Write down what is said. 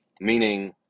Meaning